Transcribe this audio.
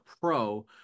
Pro